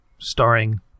starring